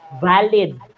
valid